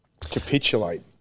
capitulate